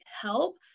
help